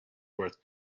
worth